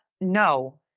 no